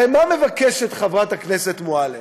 הרי מה מבקשת חברת הכנסת מועלם?